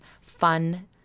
fun